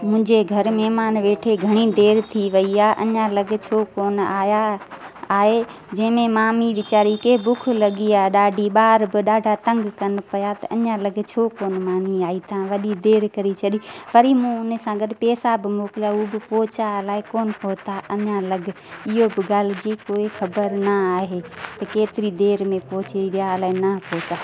मुंहिंजे घर महिमान वेठे घणी देरि थी वई आहे अञा लॻे छो कोनि आयां आहे जंहिंमें मामी वीचारी के भुख लॻी आहे ॾाढी ॿार बि ॾाढा तंग कनि पिया त अञा लॻे छो कोनि मानी आई तव्हां वॾी देरि करे छॾी वरी मूं उन सां गॾु पैसा बि मोकिलिया उहो बि पहुचा अलाए कोनि पहुता अञा लॻे इहो बि ॻाल्हि जी कोई ख़बर न आहे त केतिरी देर में पहुची विया अलाए न पहुचा